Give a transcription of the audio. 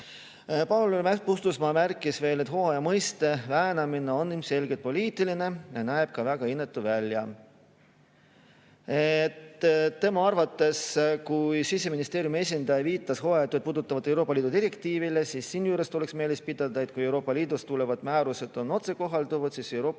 Paul Puustusmaa märkis veel, et hooaja mõiste väänamine on ilmselgelt poliitiline ja näeb ka väga inetu välja. Tema arvates, kui Siseministeeriumi esindaja viitas hooajatöid puudutavale Euroopa Liidu direktiivile, siis tuleks meeles pidada, et kui Euroopa Liidust tulevad määrused on otsekohalduvad, siis Euroopa